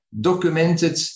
documented